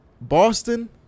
Boston